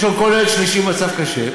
יש לנו כל ילד שלישי במצב קשה,